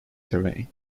terrain